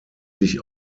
sich